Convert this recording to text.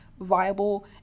viable